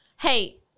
Hey